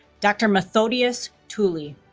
dr. methodius tuuli